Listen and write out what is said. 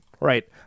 right